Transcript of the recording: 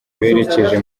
berekeje